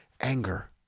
Anger